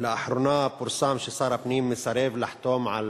לאחרונה פורסם ששר הפנים מסרב לחתום על